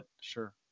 Sure